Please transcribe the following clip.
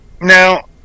Now